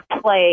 play